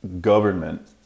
government